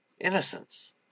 innocence